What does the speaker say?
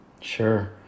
Sure